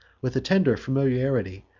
with a tender familiarity,